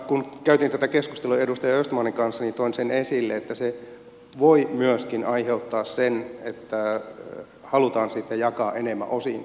kun käytiin tätä keskustelua edustaja östmanin kanssa niin toin sen esille että se voi myöskin aiheuttaa sen että halutaan sitten jakaa enemmän osinkoja